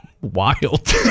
wild